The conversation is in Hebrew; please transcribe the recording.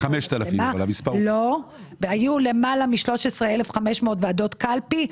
היו למעלה מ-13,500 ועדות קלפי,